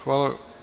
Hvala.